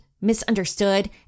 misunderstood